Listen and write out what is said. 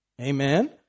Amen